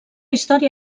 història